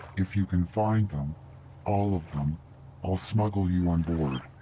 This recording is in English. if you can find them all of them i'll smuggle you on board.